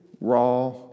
raw